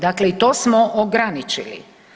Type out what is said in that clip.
Dakle i to smo ograničili.